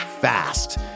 fast